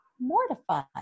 mortified